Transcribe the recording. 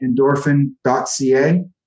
endorphin.ca